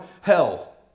hell